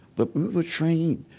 but we were trained.